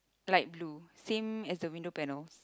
light blue same as the window panels